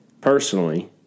personally